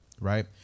Right